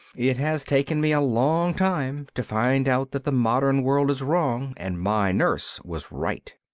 it has taken me a long time to find out that the modern world is wrong and my nurse was right.